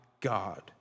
God